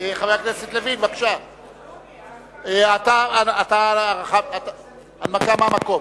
חבר הכנסת יריב לוין, בבקשה, הנמקה מהמקום.